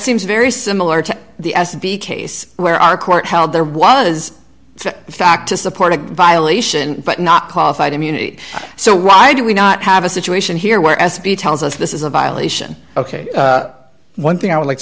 seems very similar to the s d case where our court held there was in fact to support a violation but not qualified immunity so why do we not have a situation here where s b tells us this is a violation ok one thing i would like